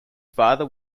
father